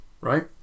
Right